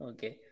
Okay